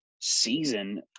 season